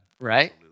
Right